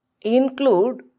include